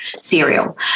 cereal